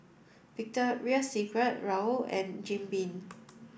Victoria Secret Raoul and Jim Beam